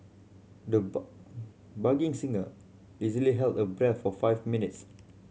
the budding singer easily held her breath for five minutes